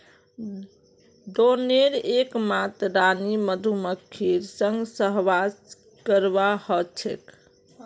ड्रोनेर एकमात रानी मधुमक्खीर संग सहवास करवा ह छेक